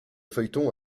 feuilleton